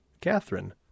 Catherine